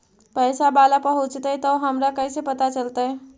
पैसा बाला पहूंचतै तौ हमरा कैसे पता चलतै?